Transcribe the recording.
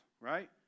right